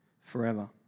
forever